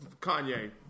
Kanye